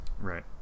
right